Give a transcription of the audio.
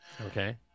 Okay